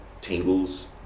tingles